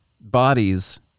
bodies